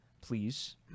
Please